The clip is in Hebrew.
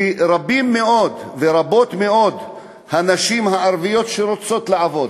כי רבות מאוד הנשים הערביות שרוצות לעבוד,